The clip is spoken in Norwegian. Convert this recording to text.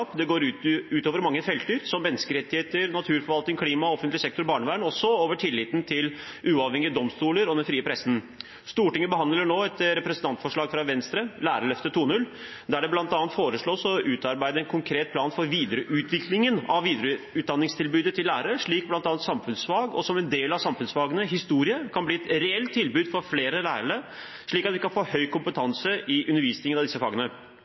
Det går ut over mange felter, som menneskerettigheter, naturforvaltning, klima, offentlig sektor, barnevern – også ut over tilliten til uavhengige domstoler og den frie pressen. Stortinget behandler nå et representantforslag fra Venstre – Lærerløftet 2.0 – der det bl.a. foreslås å utarbeide en konkret plan for videreutviklingen av videreutdanningstilbudet til lærere, slik at bl.a. samfunnsfag – og som en del av samfunnsfagene: historie – kan bli et reelt tilbud for flere lærere, slik at vi kan få høy kompetanse i undervisningen av disse fagene.